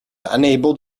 unable